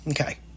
Okay